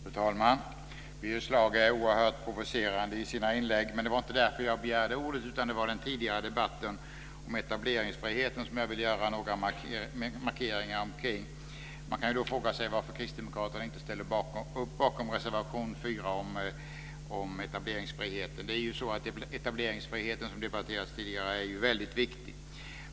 Fru talman! Birger Schlaug är oerhört provocerande i sina inlägg, men det var inte därför jag begärde ordet utan det var den tidigare debatten om etableringsfrihet som jag ville göra markeringar omkring. Man kan fråga sig varför kristdemokraterna inte ställer upp bakom reservation 4 om etableringsfriheten. Det är ju så att etableringsfriheten, som debatterats tidigare, är väldigt viktig.